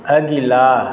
अगिला